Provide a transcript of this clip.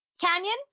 Canyon